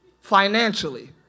Financially